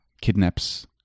kidnaps